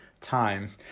time